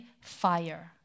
fire